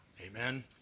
Amen